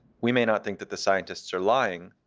we may not think that the scientists are lying,